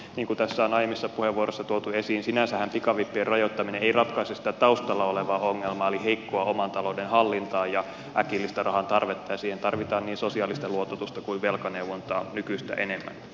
niin kuin tässä on aiemmissa puheenvuoroissa tuotu esiin sinänsähän pikavippien rajoittaminen ei ratkaise sitä taustalla olevaa ongelmaa eli heikkoa oman talouden hallintaa ja äkillistä rahantarvetta ja siihen tarvitaan niin sosiaalista luototusta kuin velkaneuvontaa nykyistä enemmän